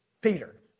Peter